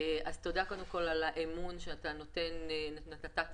תודה על האמון שנתת בי,